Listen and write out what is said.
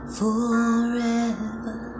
forever